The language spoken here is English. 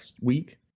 week